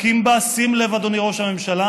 אדם מוכשר מנתניהו,